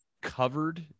covered